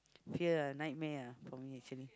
fear ah nightmare ah for me actually